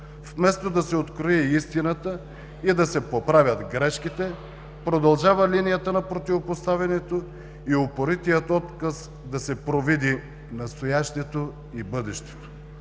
Вместо да се открои истината и да се поправят грешките, продължава линията на противопоставяне и упоритият отказ да се провиди настоящето и бъдещето.